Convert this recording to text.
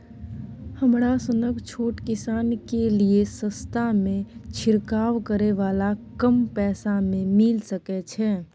हमरा सनक छोट किसान के लिए सस्ता में छिरकाव करै वाला कम पैसा में मिल सकै छै?